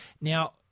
Now